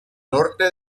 norte